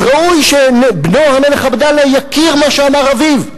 אז ראוי שבנו, המלך עבדאללה, יכיר מה שאמר אביו.